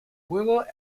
huevo